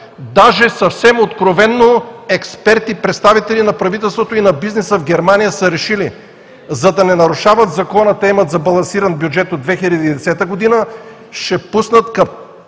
съвсем откровено експерти, представители на правителството и на бизнеса, са решили, за да не нарушават Закона – имат балансиран бюджет от 2010 г., ще пуснат към